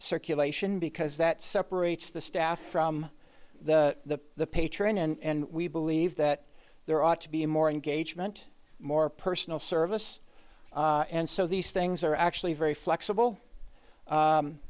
circulation because that separates the staff from the the patron and we believe that there ought to be more engagement more personal service and so these things are actually very flexible